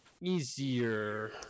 easier